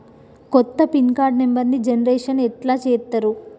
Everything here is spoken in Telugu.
కొత్త పిన్ కార్డు నెంబర్ని జనరేషన్ ఎట్లా చేత్తరు?